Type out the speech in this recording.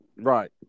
Right